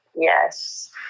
Yes